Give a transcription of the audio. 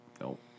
Nope